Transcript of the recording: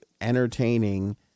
entertaining